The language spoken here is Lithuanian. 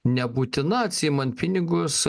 nebūtina atsiimant pinigus